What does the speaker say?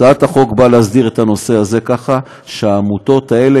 הצעת החוק נועדה להסדיר את הנושא הזה כך שהעמותות האלה,